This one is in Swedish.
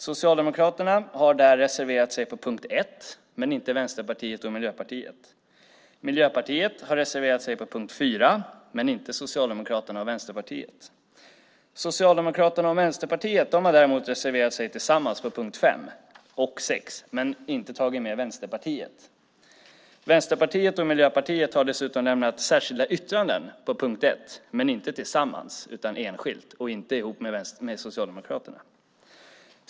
Socialdemokraterna har där reserverat sig på punkt 1, men inte Vänsterpartiet och Miljöpartiet. Miljöpartiet har reserverat sig på punkt 4, men inte Socialdemokraterna och Vänsterpartiet. Socialdemokraterna och Vänsterpartiet har däremot reserverat sig tillsammans på punkterna 5 och 6 men inte tagit med Vänsterpartiet. Vänsterpartiet och Miljöpartiet har dessutom lämnat särskilda yttranden på punkt 1, men inte tillsammans utan enskilt och inte ihop med Socialdemokraterna.